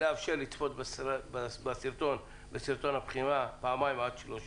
לאפשר צפייה בסרטון הבחינה פעמיים עד שלוש